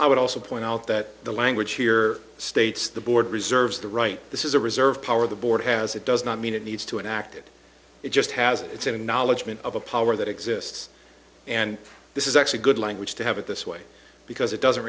i would also point out that the language here states the board reserves the right this is a reserve power the board has it does not mean it needs to enact it it just has its own knowledge meant of a power that exists and this is actually good language to have it this way because it doesn't